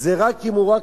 אם הוא רק